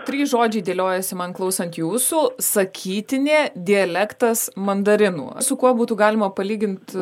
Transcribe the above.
trys žodžiai dėliojasi man klausant jūsų sakytinė dialektas mandarinų su kuo būtų galima palygint